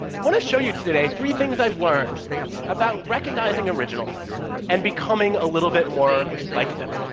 i want to show you today three things i've learned about recognizing originals and becoming a little bit more like them.